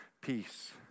peace